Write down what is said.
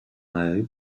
айып